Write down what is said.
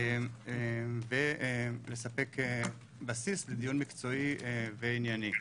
ולספק בסיס לדיון מקצועי וענייני.